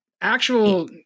actual